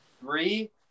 Three